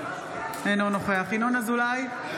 אינו נוכח ינון אזולאי,